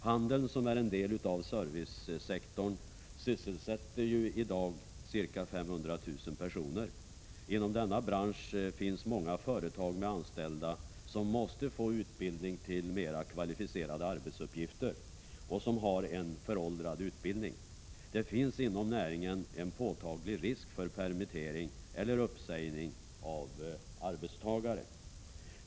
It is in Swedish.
Handeln, som är en del av servicesektorn, sysselsätter i dag ca 500 000 personer. Inom denna bransch finns många företag med anställda som måste få utbildning till mera kvalificerade arbetsuppgifter och som har en föråldrad utbildning. Det finns inom näringen en påtaglig risk för permittering eller uppsägning av arbetstagare.